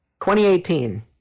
2018